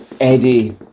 Eddie